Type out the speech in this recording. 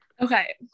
okay